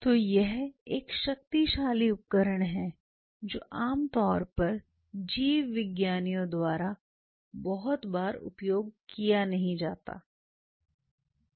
तो यह एक शक्तिशाली उपकरण है जो आमतौर पर जीवविज्ञानी द्वारा बहुत बार उपयोग नहीं किया जाता है